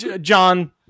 John